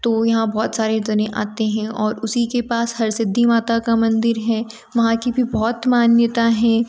तो यहाँ बहुत सारे जने आते हैं और उसी के पास हर सिद्धि माता का मंदिर है वहाँ की भी बहुत मान्यता हैं